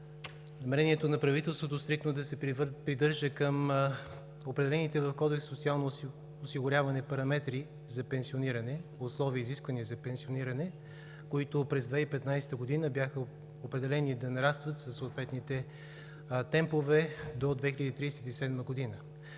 намерението на правителството стриктно да се придържа към определените в Кодекса за социално осигуряване параметри за пенсиониране – условия и изисквания за пенсиониране, които през 2015 г. бяха определени да нарастват със съответните темпове до 2037 г.